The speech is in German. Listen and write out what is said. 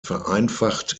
vereinfacht